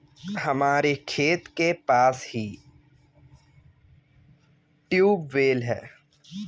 हमारे खेत के पास ही ट्यूबवेल है